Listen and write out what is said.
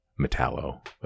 Metallo